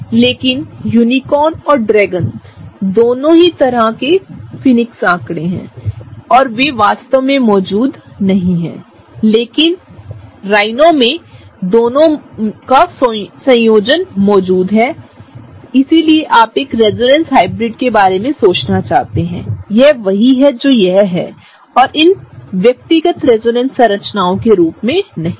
लेकिन यूनिकॉर्न और ड्रेगन दोनों ही तरह के फीनिक्स आंकड़े हैं और वे वास्तव में मौजूद नहीं हैं लेकिन राइनो जो दोनों का एक संयोजन है वास्तव में मौजूद है इसलिए आप एक रेजोनेंस हाइब्रिड के बारे में सोचना चाहते हैं यह वही है जो यह है और इन व्यक्तिगत रेजोनेंस संरचनाओं के रूप में नहीं है